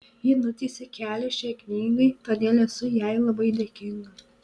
ji nutiesė kelią šiai knygai todėl esu jai labai dėkinga